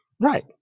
Right